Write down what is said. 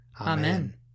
Amen